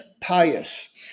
pious